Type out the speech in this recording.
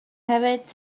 hefyd